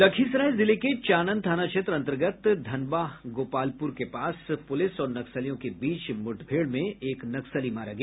लखीसराय जिले के चानन थाना क्षेत्र अंतर्गत धनबाह गोपालपुर के पास पुलिस और नक्सलियों के बीच मूठभेड़ में एक नक्सली मारा गया